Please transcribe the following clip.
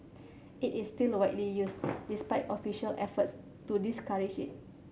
it is still widely used despite official efforts to discourage it